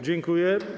Dziękuję.